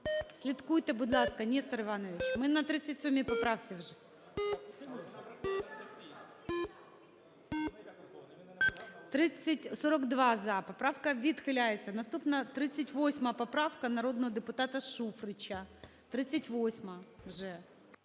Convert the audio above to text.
Слідкуйте, будь ласка, Нестор Івановичу. Ми на 37 поправці вже. 13:53:49 За-42 Поправка відхиляється. Наступна - 38 поправка, народного депутата Шуфрича. 38-а вже.